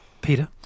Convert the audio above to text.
Peter